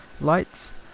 lights